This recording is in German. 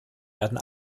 werden